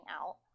out